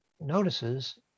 notices